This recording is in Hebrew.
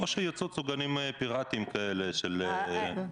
או שיצוצו גנים פיראטיים כאלה של אף אחד.